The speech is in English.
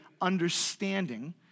understanding